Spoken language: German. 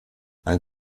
ein